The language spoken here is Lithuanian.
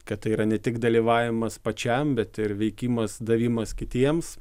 kad tai yra ne tik dalyvavimas pačiam bet ir veikimas davimas kitiems